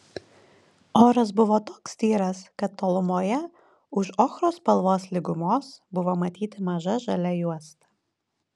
oras buvo toks tyras kad tolumoje už ochros spalvos lygumos buvo matyti maža žalia juosta